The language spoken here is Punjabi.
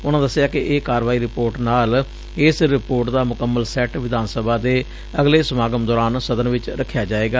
ਉਨਾਂ ਦਸਿਐ ਕਿ ਕਾਰਵਾਈ ਰਿਪੋਰਟ ਨਾਲ ਇਸ ਰਿਧੋਰਟ ਦਾ ਮੁਕੰਮਲ ਸੈੱਟ ਵਿਧਾਨ ਸਭਾ ਦੇ ਅਗਲੇ ਸਮਾਗਮ ਦੌਰਾਨ ਸਦਨ ਵਿੱਚ ਰੱਖਿਆ ਜਾਵੇਗਾ